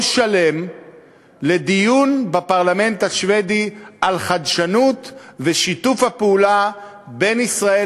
שלם לדיון בפרלמנט השבדי על חדשנות ושיתוף הפעולה בין ישראל